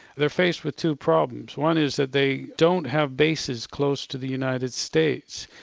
they're faced with two problems. one is that they don't have bases close to the united states,